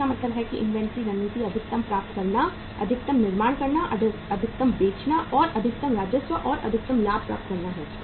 तो इसका मतलब है कि इन्वेंट्री रणनीति अधिकतम प्राप्त करना अधिकतम निर्माण करना अधिकतम बेचना और अधिकतम राजस्व और अधिकतम लाभ प्राप्त करना है